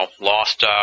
lost